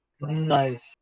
Nice